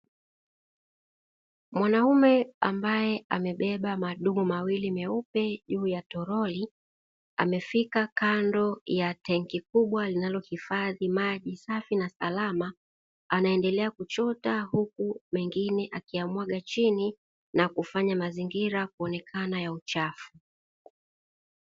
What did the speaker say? Mwanaume ambaye amebeba madumu mawili meupe juu ya toroli, amefika kando ya tenki kubwa linalohifadhi maji safi na salama anaendelea kuchota, huku mengine akiyamwaga chini na kufanya mazingira kuonekana ya uchafu.